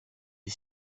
des